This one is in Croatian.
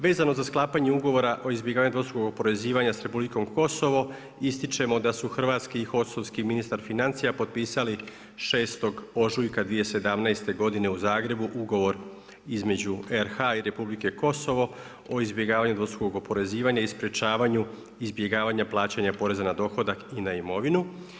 Vezano za sklapanje ugovora o izbjegavanju dvostrukog oporezivanja sa Republikom Kosovo ističemo da su hrvatski i kosovski ministar financija potpisali 6. ožujka 2017. godine u Zagrebu Ugovor između RH i Republike Kosovo o izbjegavanju dvostrukog oporezivanja i sprječavanju izbjegavanja plaćanja poreza na dohodak i na imovinu.